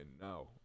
now